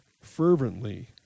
fervently